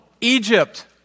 Egypt